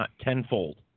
tenfold